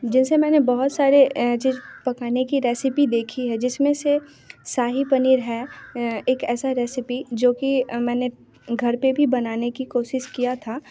जिन से मैंने बहुत सारे चीज़ पकाने की रेसिपी देखी है जिस में से शाही पनीर है एक ऐसी रेसिपी जो कि मैंने घर पर भी बनाने की कोशिश की थी